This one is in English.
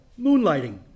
Moonlighting